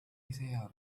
سيارتي